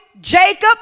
Jacob